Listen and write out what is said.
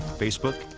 facebook,